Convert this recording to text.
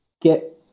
get